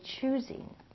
choosing